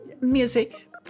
Music